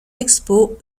expos